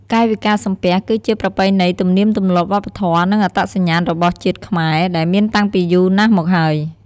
កាយវិការសំពះ គីជាប្រពៃណី ទំនៀមទម្លាប់ វប្បធម៌ និងអត្តសញ្ញាណរបស់ជាតិខ្មែរ ដែលមានតាំងពីយូរណាស់មកហើយ។